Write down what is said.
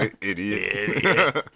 Idiot